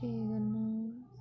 केह् करना हून